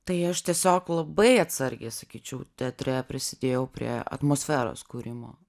tai aš tiesiog labai atsargiai sakyčiau teatre prisidėjau prie atmosferos kūrimo